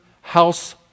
house